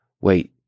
wait